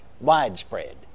Widespread